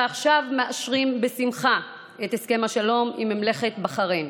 ועכשיו מאשרים בשמחה את הסכם השלום עם ממלכת בחריין